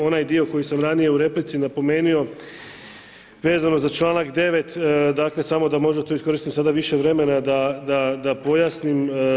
Onaj dio koji sam ranije u replici napomenuo, vezano za članak 9., dakle samo da možda tu iskoristim više sada vremena da pojasnim.